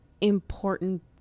important